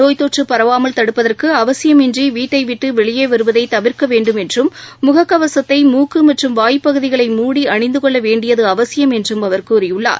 நோய் தொற்றுபரவாமல் தடுப்பதற்குஅவசியம் இன்றிவீட்டைவிட்டுவெளியேவருவதைதவிர்க்கவேண்டும் என்றும் முக்கவசத்தை முக்குமற்றும் வாய் பகுதிகளை மூடி அணிந்துகொள்ளவேண்டியதுஅவசியம் என்றும் அவர் கூறியுள்ளார்